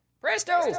Presto